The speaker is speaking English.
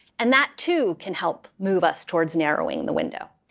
and that too can help move us towards narrowing the window.